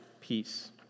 peace